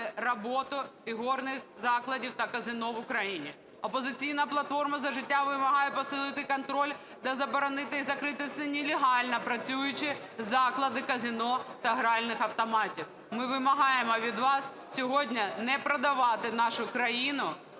роботу ігорних закладів та казино і Україні. "Опозиційна платформа - За життя" вимагає посилити контроль та заборонити, і закрити всі нелегально працюючі заклади казино та гральних автоматів. Ми вимагаємо від вас сьогодні не продавати нашу країну